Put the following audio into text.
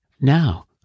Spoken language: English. Now